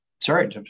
sorry